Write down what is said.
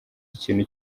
ikintu